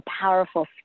powerful